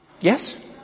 Yes